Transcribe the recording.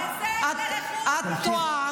כי יש עבירה --- את טועה.